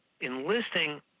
enlisting